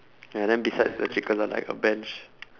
ya then besides the chicken got like a bench